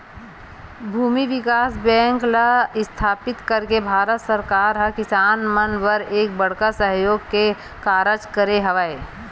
भूमि बिकास बेंक ल इस्थापित करके भारत सरकार ह किसान मन बर एक बड़का सहयोग के कारज करे हवय